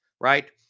right